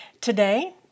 Today